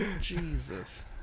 Jesus